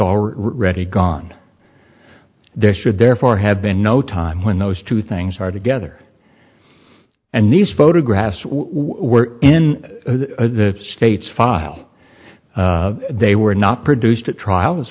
already gone there should therefore have been no time when those two things are together and these photographs were in the states file they were not produced at trial as